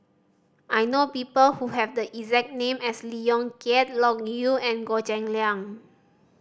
I know people who have the exact name as Lee Yong Kiat Loke Yew and Goh Cheng Liang